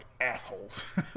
assholes